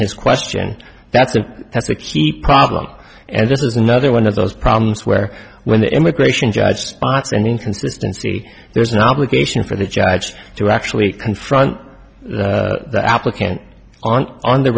his question that's a that's a key problem and this is another one of those problems where when the immigration judge spots an inconsistency there's an obligation for the judge to actually confront the applicant on on the